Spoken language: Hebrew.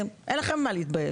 אין לכם מה להתבייש.